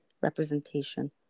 representation